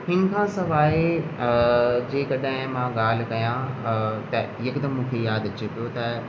हिन खां सवाइ जे कॾहिं मां ॻाल्हि कयां त यकदमि मूंखे यादि अचे पियो त